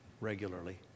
regularly